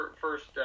first